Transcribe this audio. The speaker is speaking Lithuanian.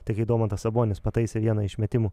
tai kai domantas sabonis pataisė vieną iš metimų